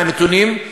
עם הנתונים,